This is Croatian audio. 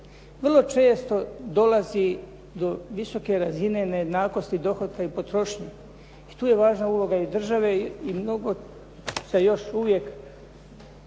Vrlo često dolazi do visoke razine nejednakosti dohotka i potrošnje i tu je važna uloga i države i mnogo se još uvijek